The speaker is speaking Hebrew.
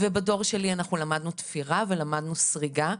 בדור שלי אנחנו למדנו תפירה ואנחנו למדנו סריגה,